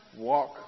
walk